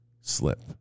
slip